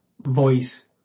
voice